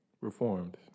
Reformed